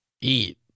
eat